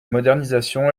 modernisation